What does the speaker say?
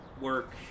work